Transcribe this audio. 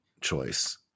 choice